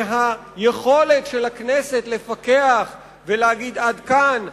מהיכולת של הכנסת לפקח ולהגיד: עד כאן.